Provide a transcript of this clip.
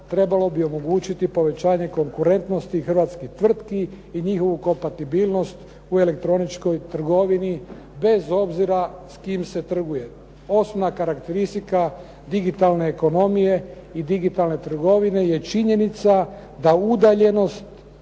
trebalo bi omogućiti povećanje konkurentnosti hrvatskih tvrtki i njihovu kompatibilnost u elektroničkoj trgovini bez obzira s kim se trguje. Osnovna karakteristika digitalne ekonomije i digitalne trgovine je činjenica da udaljenost,